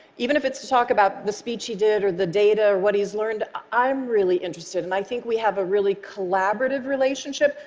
even if it's to talk about the speech he did or the data or what he's learned, i'm really interested, and i think we have a really collaborative relationship.